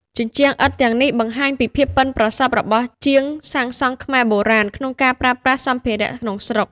ជញ្ជាំងឥដ្ឋទាំងនេះបង្ហាញពីភាពប៉ិនប្រសប់របស់ជាងសាងសង់ខ្មែរបុរាណក្នុងការប្រើប្រាស់សម្ភារៈក្នុងស្រុក។